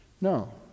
No